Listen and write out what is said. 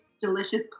delicious